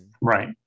Right